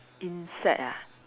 insect ah